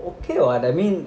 okay [what] I mean